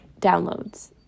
downloads